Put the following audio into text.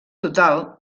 total